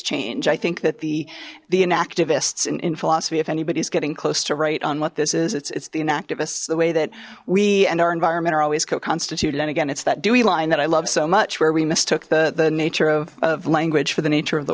change i think that the the in activists in in philosophy if anybody's getting close to right on what this is it's the in activists the way that we and our environment are always go constituted and again it's that dewy line that i love so much where we mistook the the nature of language for the nature of the